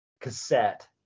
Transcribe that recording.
cassette